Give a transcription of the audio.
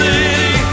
City